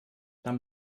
dann